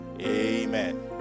Amen